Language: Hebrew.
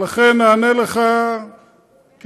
ולכן אענה לך כדברך.